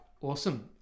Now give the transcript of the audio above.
Awesome